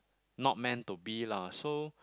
not meant to be lah so